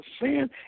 sin